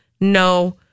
no